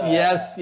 yes